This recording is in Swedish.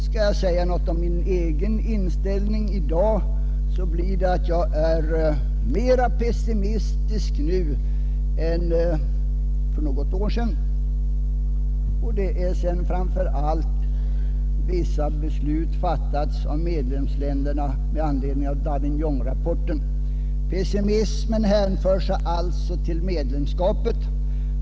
Skall jag säga något om min egen inställning i dag, så är jag mer pessimistisk nu än för något år sedan. Anledningen därtill är framför allt att vissa beslut fattats av medlemsländerna med anledning av Davignonrapporten. Pessimismen hänför sig alltså till medlemskapet.